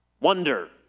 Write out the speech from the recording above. Wonder